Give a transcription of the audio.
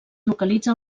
localitza